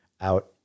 out